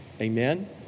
Amen